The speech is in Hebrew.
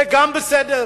זה גם בסדר.